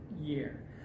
year